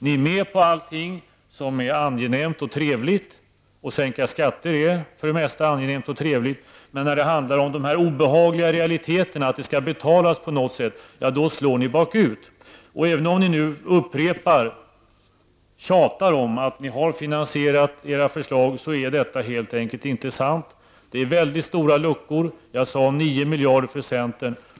Ni är med på allting som är angenämt och trevligt -- att sänka skatter är för det mesta angenämt och trevligt -- men när det handlar om de här obehagliga realiteterna, att det skall betalas på något sätt, då slår ni bakut. Även om ni nu upprepar -- och tjatar om -- att ni har finansierat era förslag, så är detta helt enkelt inte sant. Det finns väldigt stora luckor. Jag sade att det är 9 miljarder för centern.